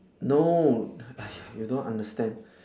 no !aiya! you don't understand